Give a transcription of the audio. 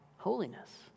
holiness